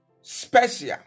special